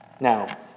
Now